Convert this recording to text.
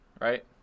right